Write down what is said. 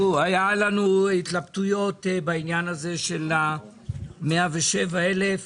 היו לנו התלבטויות בעניין הזה של ה-107 אלף